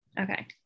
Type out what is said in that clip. Okay